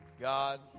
God